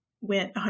went